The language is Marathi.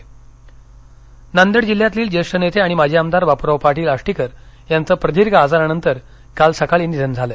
निधन नांदेड नांदेड जिल्ह्यातील ज्येष्ठ नेते आणि माजी आमदार बाप्राव पाटील आष्टीकर यांच प्रदीर्घ आजारनंतर काल सकाळी निधन झालं